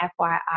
FYI